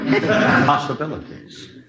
Possibilities